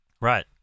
Right